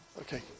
Okay